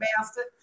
bastard